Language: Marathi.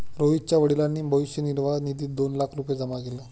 रोहितच्या वडिलांनी भविष्य निर्वाह निधीत दोन लाख रुपये जमा केले